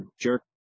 jerk